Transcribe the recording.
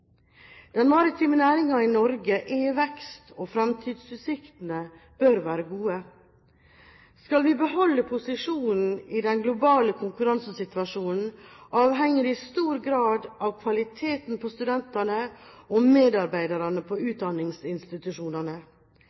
Den maritime næringen i Norge er i vekst, og fremtidsutsiktene bør være gode. Om vi skal vi beholde posisjonen i den globale konkurransesituasjonen, avhenger i stor grad av kvaliteten på studentene og medarbeiderne på utdanningsinstitusjonene.